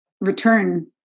return